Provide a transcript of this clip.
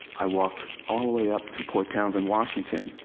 i walked all the way up to port townsend, washington,